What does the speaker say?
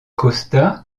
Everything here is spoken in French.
costa